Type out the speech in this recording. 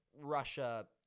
Russia